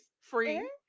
Free